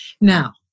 Now